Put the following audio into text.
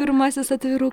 pirmasis atviru